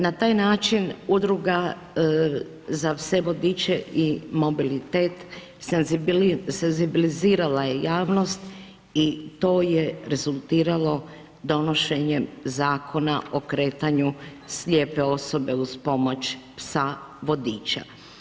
Na taj način udruga za pse vodiče i mobilitet senzibilizirala je javnost i to je rezultiralo donošenjem zakona o kretanju slijepe osobe uz pomoć psa vodiča.